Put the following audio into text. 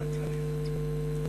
הבטחה אחת, לאט לאט,